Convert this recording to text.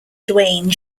dwayne